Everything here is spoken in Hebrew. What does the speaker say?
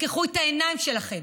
תפקחו את העיניים שלכם.